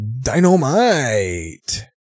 dynamite